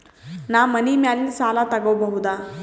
ನಾ ಮನಿ ಮ್ಯಾಲಿನ ಸಾಲ ತಗೋಬಹುದಾ?